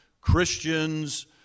Christians